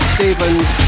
Stevens